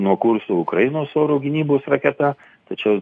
nuo kurso ukrainos oro gynybos raketa tačiau